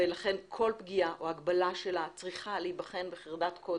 לכן כל פגיעה או הגבלה שלה צריכה להיבחן בחרדת קודש,